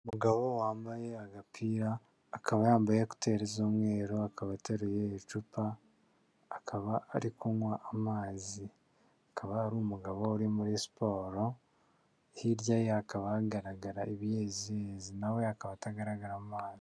Umugabo wambaye agapira, akaba yambaye ekuteri z'umweru, akaba ateruye icupa, akaba ari kunywa amazi, akaba ari umugabo uri muri siporo, hirya hakaba hagaragara ibiyeziyezi nawe akaba atagaragara mu maso.